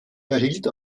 erhielt